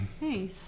Nice